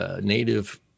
native